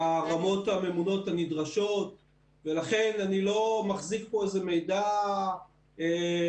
לרמות הממונות הנדרשות ולכן אני לא מחזיק פה איזה מידע -- סודי.